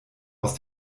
aus